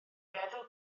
feddw